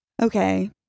Okay